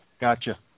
gotcha